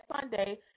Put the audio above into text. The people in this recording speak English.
Sunday –